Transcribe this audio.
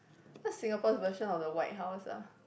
what's Singapore's version of the White House ah